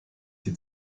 die